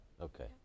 Okay